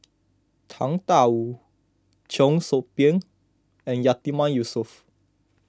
Tang Da Wu Cheong Soo Pieng and Yatiman Yusof